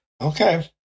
Okay